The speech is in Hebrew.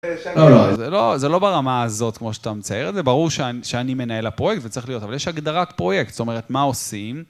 לא, זה לא ברמה הזאת כמו שאתה מצייר את זה, זה ברור שאני מנהל הפרויקט זה צריך להיות, אבל יש הגדרת פרויקט, זאת אומרת, מה עושים...